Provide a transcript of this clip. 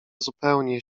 zupełnie